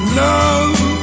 love